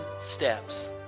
steps